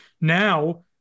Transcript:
Now